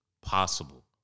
possible